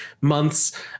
months